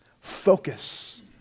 focus